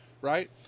right